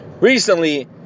recently